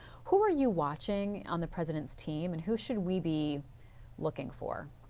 who are you watching on the president's team and who should we be looking for?